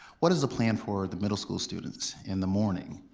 what is the plan for the middle school students in the morning,